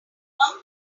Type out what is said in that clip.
mom